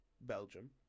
Belgium